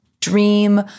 dream